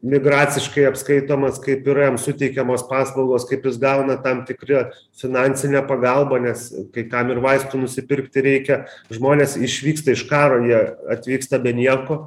migraciškai apskaitomas kaip yra jam suteikiamos paslaugos kaip jis gauna tam tikri finansinę pagalbą nes kai kam ir vaistų nusipirkti reikia žmonės išvyksta iš karo jie atvyksta be nieko